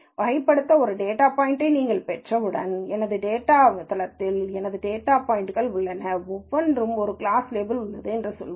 வகைப்படுத்த ஒரு டேட்டா பாய்ன்ட்யை நீங்கள் பெற்றவுடன் எனது டேட்டாத்தளத்தில் என் டேட்டா பாய்ன்ட்கள் உள்ளன ஒவ்வொன்றிலும் ஒரு கிளாஸ் லேபிள் உள்ளது என்று சொல்லலாம்